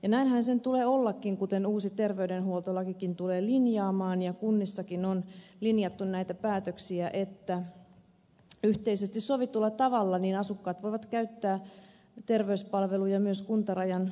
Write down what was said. näinhän sen tulee ollakin kuten uusi terveydenhuoltolakikin tulee linjaamaan ja kunnissa on linjattu näitä päätöksiä että yhteisesti sovitulla tavalla asukkaat voivat käyttää terveyspalveluja myös kuntarajan ylitse